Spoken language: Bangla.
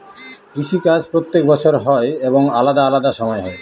কৃষি কাজ প্রত্যেক বছর হয় এবং আলাদা আলাদা সময় হয়